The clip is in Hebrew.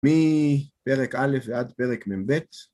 מפרק א' עד פרק מ"ב.